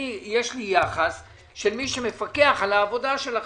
יש לי יחס של מי שמפקח על העבודה שלכם.